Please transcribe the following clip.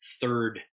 third